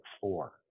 Four